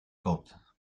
kot